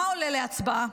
מה עולה להצבעה?